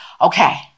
okay